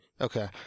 Okay